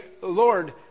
Lord